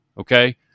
Okay